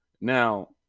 Now